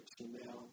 now